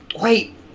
Wait